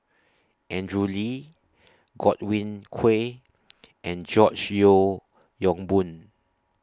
Andrew Lee Godwin Koay and George Yeo Yong Boon